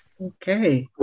Okay